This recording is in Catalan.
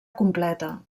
completa